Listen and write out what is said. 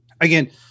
again